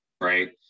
Right